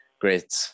great